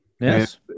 Yes